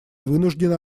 вынуждены